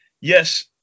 yes